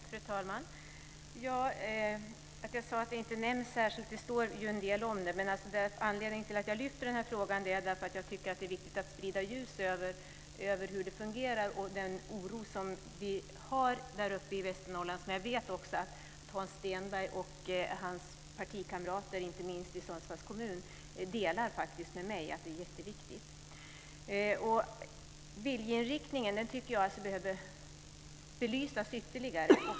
Fru talman! Jag sade att den inte nämns särskilt, men det står ju en del om den. Anledningen till att jag lyfter den här frågan är att jag tycker att det är viktigt att sprida ljus över hur det fungerar och den oro som finns uppe i Västernorrland. Jag vet att också Hans Stenberg och hans partikamrater, inte minst i Sundsvalls kommun, delar åsikten att detta är jätteviktigt. Jag tycker att viljeinriktningen behöver belysas ytterligare.